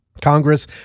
Congress